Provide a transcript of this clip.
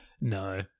No